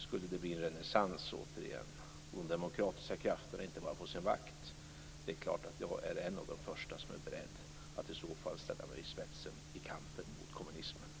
Skulle det återigen bli en renässans och de demokratiska krafterna inte var på sin vakt, då är jag en av de första som är beredd att ställa mig i spetsen i kampen mot kommunismen.